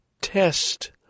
test